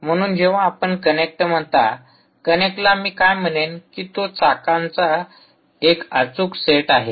म्हणून जेव्हा आपण कनेक्ट म्हणता कनेक्टला मी काय म्हणेन कि तो चाकांचा अचूक सेट आहे